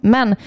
Men